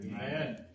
amen